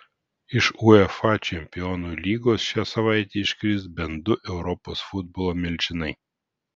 iš uefa čempionų lygos šią savaitę iškris bent du europos futbolo milžinai